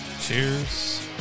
Cheers